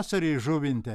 pavasarį žuvinte